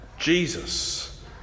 Jesus